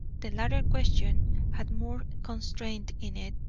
the latter question had more constraint in it.